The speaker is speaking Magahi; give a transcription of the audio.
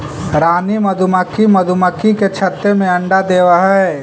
रानी मधुमक्खी मधुमक्खी के छत्ते में अंडा देवअ हई